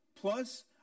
plus